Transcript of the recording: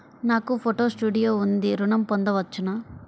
నాకు photo studio ఉంది ఋణం పొంద వచ్చునా?